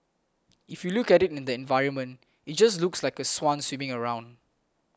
if you look at it in the environment it just looks like a swan swimming around